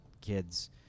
kids